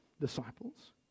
Disciples